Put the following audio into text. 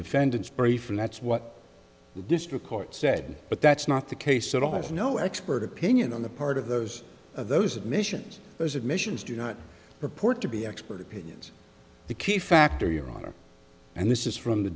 defendant's brief and that's what the district court said but that's not the case and i have no expert opinion on the part of those of those admissions those admissions do not report to be expert opinions the key factor your honor and this is from the